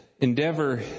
endeavor